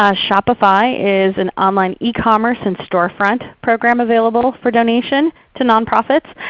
ah shopify is an online e-commerce and storefront program available for donation to nonprofits,